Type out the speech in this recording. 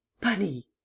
Bunny